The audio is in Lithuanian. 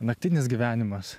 naktinis gyvenimas